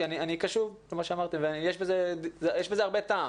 כי אני קשוב למה שאמרתם ויש בזה הרבה טעם.